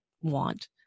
want